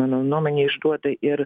mano nuomone išduoda ir